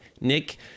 Nick